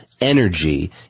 energy